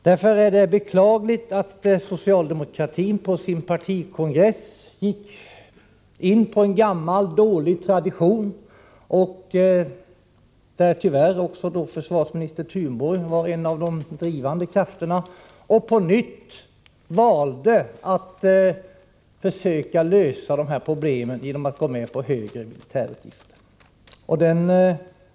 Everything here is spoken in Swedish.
Därför är det beklagligt att socialdemokraterna på sin partikongress återgick till en gammal dålig tradition — tyvärr var försvarsminister Thunborg en av de drivande krafterna i sammanhanget — och på nytt valde att försöka lösa problemen genom att gå med på högre militärutgifter.